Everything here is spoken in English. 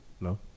No